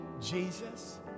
Jesus